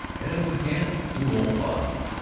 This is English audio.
and if we can't, we won't bother you.